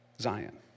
Zion